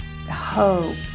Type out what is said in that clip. hope